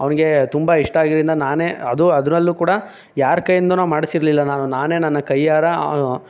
ಅವ್ನಿಗೆ ತುಂಬ ಇಷ್ಟ ಆಗಿರೋದರಿಂದ ನಾನೇ ಅದು ಅದ್ರಲ್ಲೂ ಕೂಡ ಯಾರು ಕೈಯ್ಯಿಂದನೋ ಮಾಡಿಸಿರಲಿಲ್ಲ ನಾನು ನಾನೇ ನನ್ನ ಕೈಯ್ಯಾರ